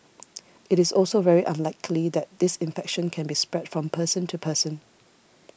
it is also very unlikely that this infection can be spread from person to person